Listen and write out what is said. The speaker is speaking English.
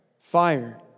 fire